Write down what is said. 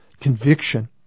conviction